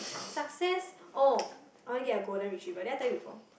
success or I'll probably get a golden retriever did I tell you before